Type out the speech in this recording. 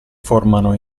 formano